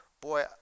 boy